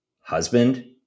husband